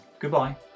Goodbye